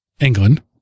england